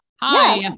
Hi